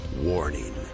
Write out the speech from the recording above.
Warning